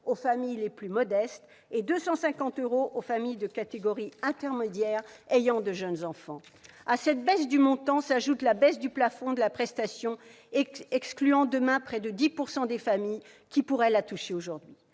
les familles les plus modestes et de 250 euros pour les familles de catégorie intermédiaire ayant de jeunes enfants. À cette diminution du montant, s'ajoute la baisse du plafond de la prestation, ce qui exclura demain près de 10 % des familles qui pourraient percevoir aujourd'hui